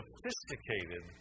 Sophisticated